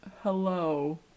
hello